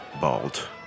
bald